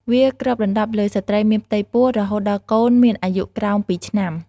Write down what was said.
វាគ្របដណ្តប់លើស្ត្រីមានផ្ទៃពោះ រហូតដល់កូនមានអាយុក្រោម២ឆ្នាំ។